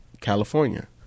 California